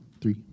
three